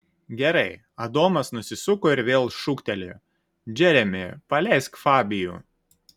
gerai adomas nusisuko ir vėl šūktelėjo džeremi paleisk fabijų